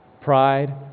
Pride